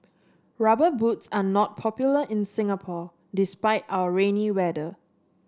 rubber boots are not popular in Singapore despite our rainy weather